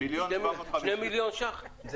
שני מיליון שקלים?